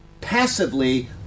Passively